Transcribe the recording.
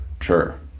Sure